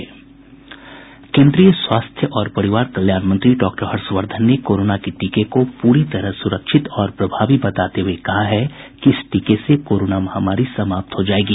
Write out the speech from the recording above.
केन्द्रीय स्वास्थ्य और परिवार कल्याण मंत्री डॉक्टर हर्षवर्धन ने कोरोना के टीके को पूरी तरह से सुरक्षित और प्रभावी बताते हुए कहा है कि इस टीके से कोरोना महामारी समाप्त हो जायेगी